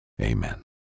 Amen